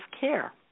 care